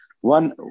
One